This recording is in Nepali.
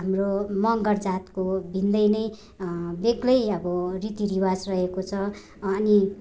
हाम्रो मगर जातको भिन्नै नै बेग्लै अबो रीति रिवाज रहेको छ अनि